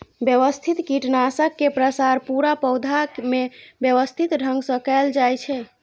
व्यवस्थित कीटनाशक के प्रसार पूरा पौधा मे व्यवस्थित ढंग सं कैल जाइ छै